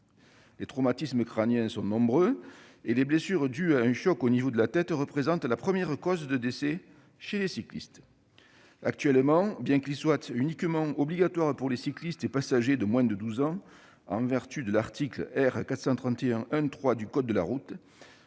Les traumatismes crâniens sont nombreux, et les blessures dues à un choc au niveau de la tête représentent la première cause de décès chez les cyclistes. À ce jour, bien qu'il soit uniquement obligatoire pour les cyclistes et les passagers de moins de 12 ans, en vertu de l'article R. 431-1-3 du code de la route,